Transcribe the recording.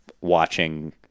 watching